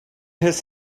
his